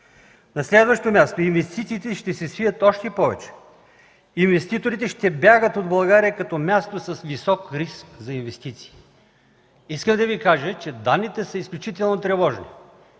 На следващо място, инвестициите ще се свият още повече. Инвеститорите ще бягат от България като място с висок риск за инвестиции. Искам да Ви кажа, че данните са изключително сериозни.